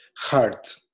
heart